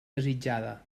desitjada